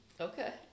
Okay